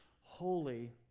holy